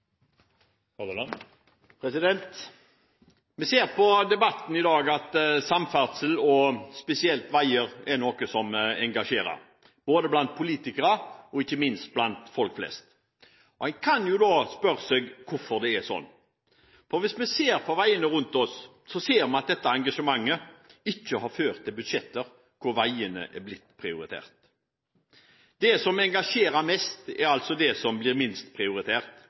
noe som engasjerer blant politikere og ikke minst blant folk flest. En kan da spørre seg hvorfor det er slik. Hvis vi ser på veiene rundt oss, ser vi at dette engasjementet ikke har ført til budsjetter hvor veiene er blitt prioritert. Det som engasjer mest, er altså det som blir minst prioritert.